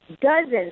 dozens